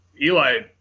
Eli